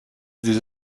dizi